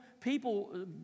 people